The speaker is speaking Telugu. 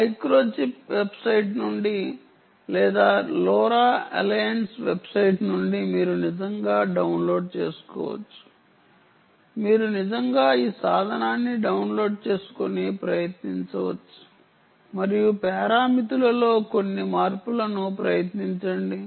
మైక్రోచిప్ వెబ్సైట్ నుండి లేదా లోరా అలయన్స్ వెబ్సైట్ నుండి మీరు నిజంగా డౌన్లోడ్ చేసుకోవచ్చు మీరు నిజంగా ఈ సాధనాన్ని డౌన్లోడ్ చేసుకొని ప్రయత్నించవచ్చు మరియు పారామితులలో కొన్ని మార్పులను ప్రయత్నించండి